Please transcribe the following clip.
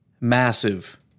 massive